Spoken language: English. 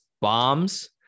bombs